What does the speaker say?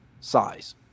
size